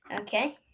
Okay